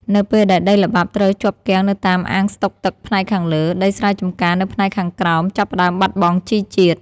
នៅពេលដែលដីល្បាប់ត្រូវជាប់គាំងនៅតាមអាងស្តុកទឹកផ្នែកខាងលើ ដីស្រែចម្ការនៅផ្នែកខាងក្រោមចាប់ផ្ដើមបាត់បង់ជីជាតិ។